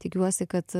tikiuosi kad